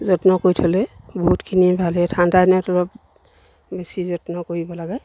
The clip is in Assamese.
যত্ন কৰি থ'লে বহুতখিনি ভালে ঠাণ্ডা দিনত অলপ বেছি যত্ন কৰিব লাগে